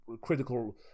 critical